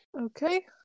Okay